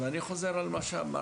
אני חוזר על מה שאמרתי.